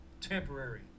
temporary